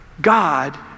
God